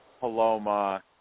Paloma